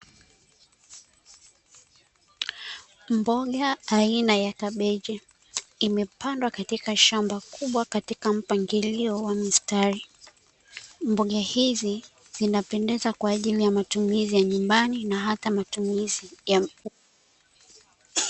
Mboga aina ya kabichi imepandwa katika shamba kubwa katika mpangilio wa mistari. Mboga hizi zinapendeza kwa ajili ya matumizi ya nyumbani na hata matumizi ya.